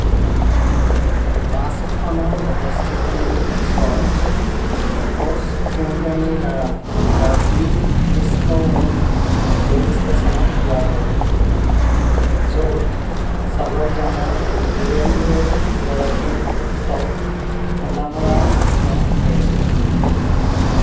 বাছখনৰ অৱস্থিতি পিছত ক'চ কোম্পানীৰ দ্বাৰা ডাবলিন হিউষ্টন ৰেল ষ্টেচনত পোৱা গ'ল য'ত চালকজনে ডুৱেলৱেৰ গৰাকীৰ পুত্ৰক খুন্দা মৰাৰ চেষ্টা কৰিছিল